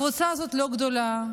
הקבוצה הזאת לא גדולה,